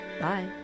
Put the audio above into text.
Bye